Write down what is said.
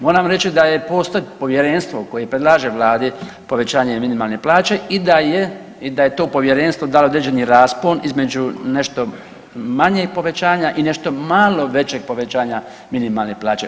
Moram reći da je postoji povjerenstvo koje predlaže vladi povećanje minimalne plaće i da je, i da je to povjerenstvo dalo određeni raspon između nešto manjeg povećanja i nešto malo većeg povećanja minimalne plaće.